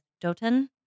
Doton